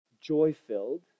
joy-filled